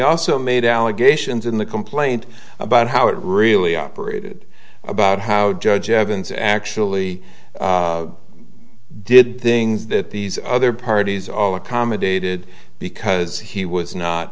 also made allegations in the complaint about how it really operated about how drugs evans actually did things that these other parties all accommodated because he was not